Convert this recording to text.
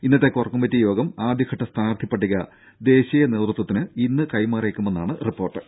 ഇന്നത്തെ കോർകമ്മറ്റി യോഗം ആദ്യഘട്ട സ്ഥാനാർത്ഥി പട്ടിക ദേശീയ നേതൃത്വത്തിന് ഇന്ന് കൈമാറിയേക്കുമെന്ന് റിപ്പോർട്ടുണ്ട്